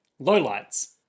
lowlights